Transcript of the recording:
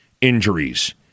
injuries